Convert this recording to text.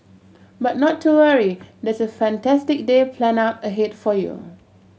but not to worry there's a fantastic day planned out ahead for you